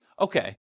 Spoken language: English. okay